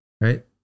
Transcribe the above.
right